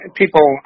people